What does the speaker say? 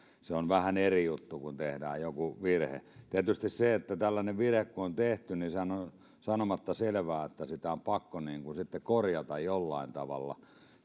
se on vähän eri juttu kun tehdään joku virhe tietysti tällainen virhe kun on tehty niin sehän on sanomatta selvää että sitä on pakko sitten korjata jollain tavalla